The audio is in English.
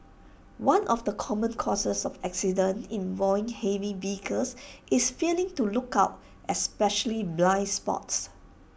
one of the common causes of accidents involving heavy vehicles is failing to look out especially blind spots